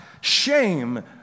shame